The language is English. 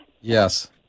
Yes